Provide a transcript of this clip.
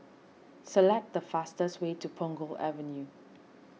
select the fastest way to Punggol Avenue